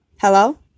Hello